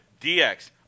DX